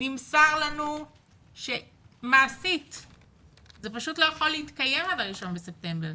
נמסר לנו שמעשית זה פשוט לא יכול להתקיים עד ל-1 בספטמבר,